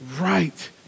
right